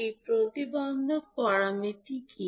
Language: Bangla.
এই প্রতিবন্ধক প্যারামিটার কি